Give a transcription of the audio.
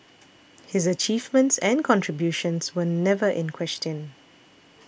his achievements and contributions were never in question